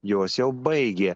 jos jau baigė